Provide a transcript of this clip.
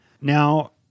Now